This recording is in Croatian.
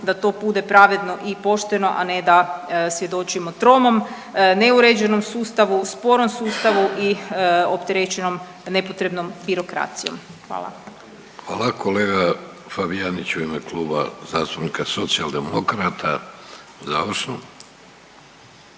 da to bude pravedno i pošteno, a ne da svjedočimo tromom, neuređenom sustavu, sporom sustavu i opterećenom nepotrebnom birokracijom. Hvala. **Vidović, Davorko (Socijaldemokrati)** Hvala.